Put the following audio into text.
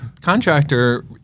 Contractor